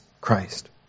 Christ